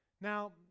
Now